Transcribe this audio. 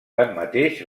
tanmateix